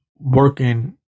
working